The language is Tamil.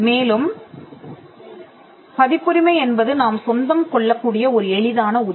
மேலும் பதிப்புரிமை என்பது நாம் சொந்தம் கொள்ளக்கூடிய ஒரு எளிதான உரிமை